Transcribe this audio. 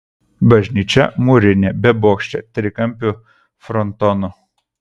bažnyčia mūrinė bebokštė trikampiu frontonu